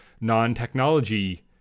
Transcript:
non-technology